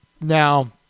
Now